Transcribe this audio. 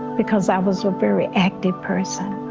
because i was a very active person,